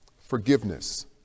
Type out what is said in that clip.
forgiveness